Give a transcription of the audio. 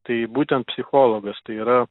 tai būtent psichologas tai yra